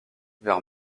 vers